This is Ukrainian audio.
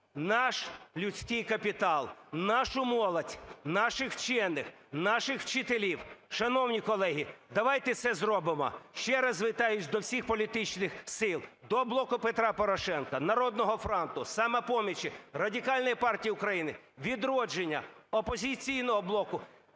наш людський капітал, нашу молодь, наших вчених, наших вчителів. Шановні колеги! Давайте це зробимо, ще раз звертаюсь до всіх політичних сил, до "Блоку Петра Порошенка", "Народного фронту", "Самопомочі", Радикальної партії України, "Відродження", "Опозиційного блоку".